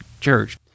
church